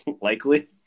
likely